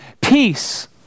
Peace